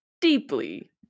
deeply